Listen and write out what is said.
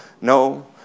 No